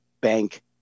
bank